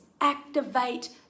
activate